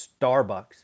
Starbucks